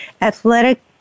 athletic